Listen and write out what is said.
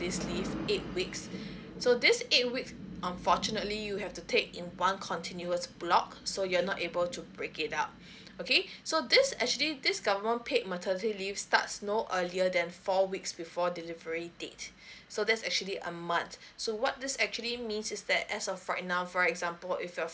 this leave eight weeks so this eight weeks um unfortunately you have to take in one continuous block so you're not able to break it up okay so this actually this government paid maternity leave starts no earlier than four weeks before delivery date so there's actually a month so what this actually means is that as of right now for example if you're